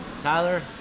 Tyler